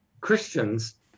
Christians